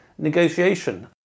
Negotiation